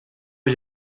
ich